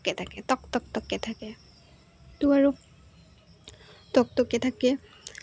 টকৈ থাকে টক টক টকৈ থাকে তো আৰু টক টকৈ থাকে